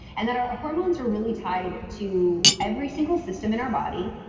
and that our hormones are really tied to every single system in our body,